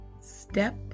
step